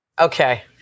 okay